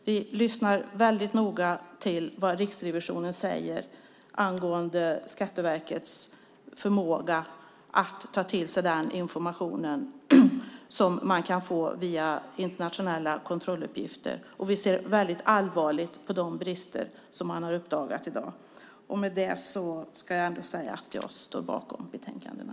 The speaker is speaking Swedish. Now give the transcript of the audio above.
Vi lyssnar väldigt noga till vad Riksrevisionen säger angående Skatteverkets förmåga att ta till sig den information som man kan få via internationella kontrolluppgifter. Vi ser väldigt allvarligt på de brister som man i dag har uppdagat. Jag står bakom förslaget i betänkandena.